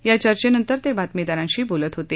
या चर्चेनतंर ते बातमीदारांशी बोलत होते